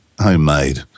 homemade